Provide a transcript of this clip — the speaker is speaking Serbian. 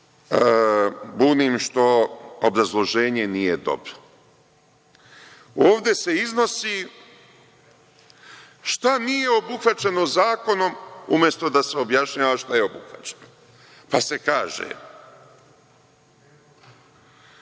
bunim što obrazloženje nije dobro? Ovde se iznosi šta nije obuhvaćeno zakonom umesto da se objašnjava šta je obuhvaćeno? Pa, se kaže